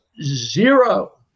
zero